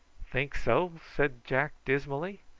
think so? said jack dismally.